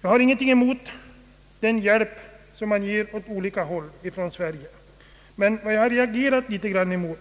Jag har ingenting emot den hjälp som Sverige ger åt olika håll, men jag har reagerat litet grand mot